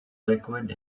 liquid